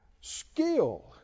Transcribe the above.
skill